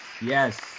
yes